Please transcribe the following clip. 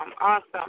awesome